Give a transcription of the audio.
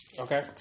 Okay